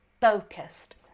focused